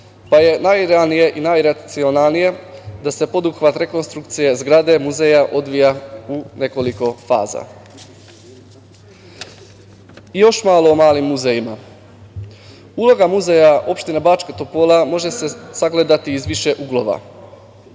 pa je najrealnije i najracionalnije da se poduhvat rekonstrukcije zgrade muzeja odvija u nekoliko faza. Još malo o malim muzejima. Uloga Muzeja opštine Bačka Topola može se sagledati iz više uglova.